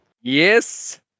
Yes